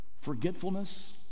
forgetfulness